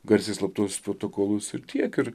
garsiai slaptuosius protokolus ir tiek ir